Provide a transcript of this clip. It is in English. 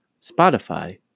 Spotify